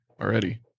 already